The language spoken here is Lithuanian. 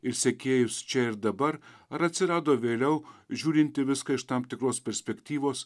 ir sekėjus čia ir dabar ar atsirado vėliau žiūrint į viską iš tam tikros perspektyvos